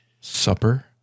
Supper